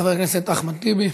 חבר הכנסת אחמד טיבי.